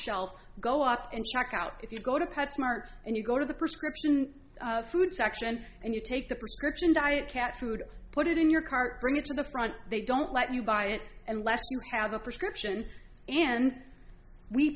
shelf go up and stock out if you go to pet smart and you go to the prescription food section and you take the prescription diet cat food put it in your cart bring it to the front they don't let you buy it unless you're have a prescription and we